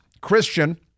Christian